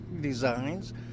designs